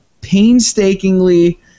painstakingly